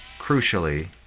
crucially